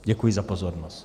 Děkuji za pozornost.